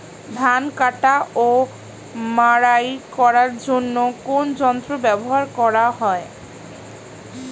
ধান কাটা ও মাড়াই করার জন্য কোন যন্ত্র ব্যবহার করা হয়?